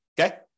Okay